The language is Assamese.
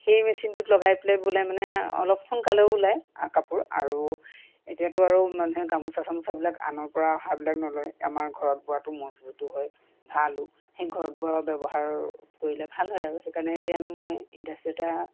সেই মেচিনটোত লগাই পেলাই বোলে মানে অলপ সোনকালেও ওলায় কাপোৰ আৰু এতিয়াতো আৰু মানুহে গামোচা চামোচাবিলাক আনৰ পৰা অহাবিলাক নলয় আমাৰ ঘৰত বোৱাটো মজবুতো হয় ভালো সেই ঘৰত বোৱা ব্যৱহাৰ কৰিলে ভাল হয় আৰু সেইকাৰণে এতিয়া আমি মই ইণ্ডাষ্ট্ৰি এটা